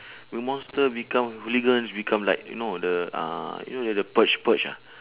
m~ monster become hooligans become like you know the uh you know like the purge purge ah